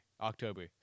october